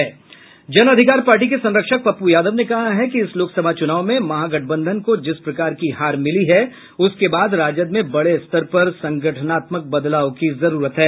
जन अधिकार पार्टी के संरक्षक पप्प् यादव ने कहा है कि इस लोकसभा चूनाव में महागठबंधन को जिस प्रकार की हार मिली है उसके बाद राजद में बड़े स्तर पर संगठनात्मक बदलाव की जरूरत है